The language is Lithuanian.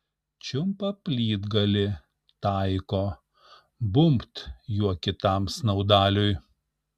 čiumpa plytgalį taiko bumbt juo kitam snaudaliui